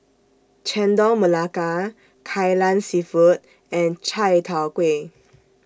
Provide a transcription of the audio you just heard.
Chendol Melaka Kai Lan Seafood and Chai Tow Kuay